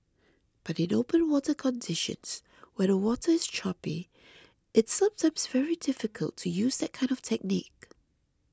but in open water conditions where the water is choppy it's sometimes very difficult to use that kind of technique